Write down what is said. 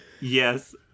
yes